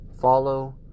follow